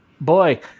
boy